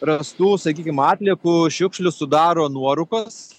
rastų sakykim atliekų šiukšlių sudaro nuorūkos